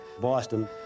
Boston